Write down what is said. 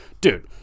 dude